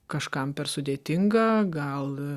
kažkam per sudėtinga gal